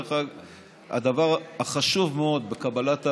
הדבר החשוב מאוד בקבלת ההחלטה,